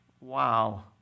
Wow